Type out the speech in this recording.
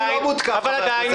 הוא לא מותקף, תהיי רגועה.